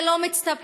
זה לא מצטבר.